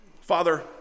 Father